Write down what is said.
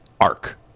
arc